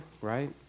right